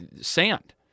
sand